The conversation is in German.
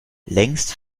längst